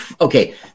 Okay